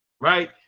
right